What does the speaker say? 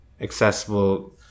accessible